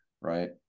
Right